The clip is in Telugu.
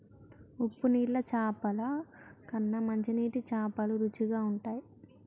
ఉప్పు నీళ్ల చాపల కన్నా మంచి నీటి చాపలు రుచిగ ఉంటయ్